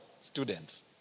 students